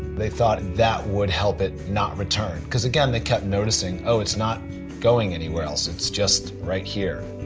they thought that would help it not return because again they kept noticing oh it's not going anywhere else, it's just right here.